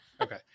Okay